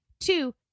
Two